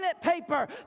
paper